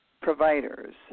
providers